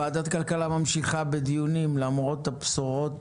ועדת הכלכלה ממשיכה בדיונים למרות הבשורות